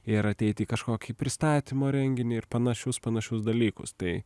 ir ateiti į kažkokį pristatymo renginį ir panašius panašius dalykus tai